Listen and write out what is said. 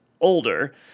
older